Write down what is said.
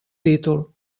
títol